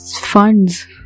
funds